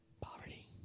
Poverty